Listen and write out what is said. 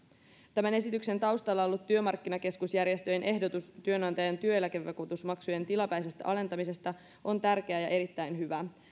tämän esityksen taustalla ollut työmarkkinakeskusjärjestöjen ehdotus työnantajan työeläkevakuutusmaksujen tilapäisestä alentamisesta on tärkeä ja erittäin hyvä